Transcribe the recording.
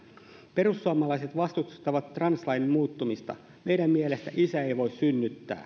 perussuomalaiset vastustavat translain muuttamista meidän mielestämme isä ei voi synnyttää